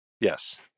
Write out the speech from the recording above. Yes